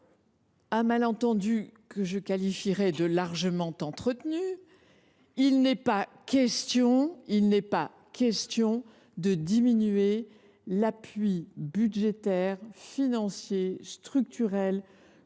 un malentendu dont je dirais qu’il a été largement entretenu, il n’est pas question de diminuer l’appui budgétaire, financier ou structurel